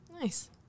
Nice